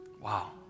wow